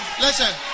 listen